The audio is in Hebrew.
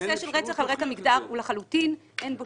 הנושא של הרצח על רקע מגדרי הוא כל כך עמום עד שלחלוטין אין לנו